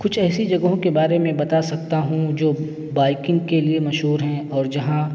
کچھ ایسی جگہوں کے بارے میں بتا سکتا ہوں جو بائکنگ کے لیے مشہور ہیں اور جہاں